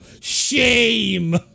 shame